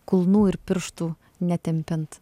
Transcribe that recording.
kulnų ir pirštų netempiant